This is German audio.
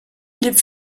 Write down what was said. blieb